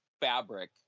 fabric